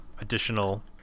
additional